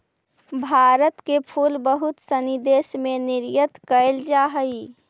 भारत के फूल बहुत सनी देश में निर्यात कैल जा हइ